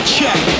Check